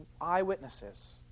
eyewitnesses